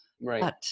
right